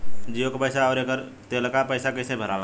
जीओ का पैसा और एयर तेलका पैसा कैसे भराला?